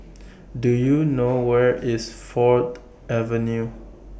Do YOU know Where IS Ford Avenue